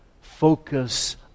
focus